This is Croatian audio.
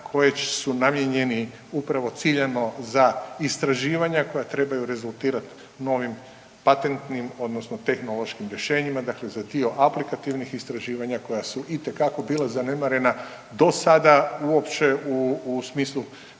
koje su namijenjeni upravo ciljano za istraživanja koja trebaju rezultirati novim patentnim odnosno tehnološkim rješenjima, dakle za dio aplikativnih istraživanja koja su itekako bila zanemarena do sada uopće u smislu